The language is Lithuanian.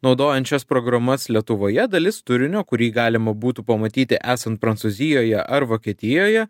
naudojant šias programas lietuvoje dalis turinio kurį galima būtų pamatyti esant prancūzijoje ar vokietijoje